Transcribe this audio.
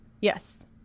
Yes